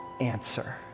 answer